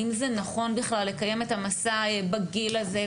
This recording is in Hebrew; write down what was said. האם זה נכון בכלל לקיים את המסע בגיל הזה.